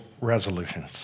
resolutions